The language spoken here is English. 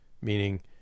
meaning